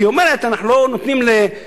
כי היא אומרת: אנחנו לא נותנים לזרם